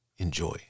enjoy